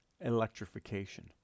electrification